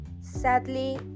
Sadly